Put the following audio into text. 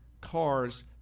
cars